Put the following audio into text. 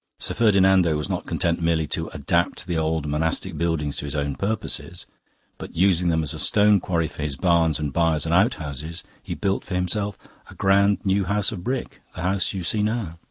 sir ferdinando was not content merely to adapt the old monastic buildings to his own purposes but using them as a stone quarry for his barns and byres and outhouses, he built for himself a grand new house of brick the house you see now.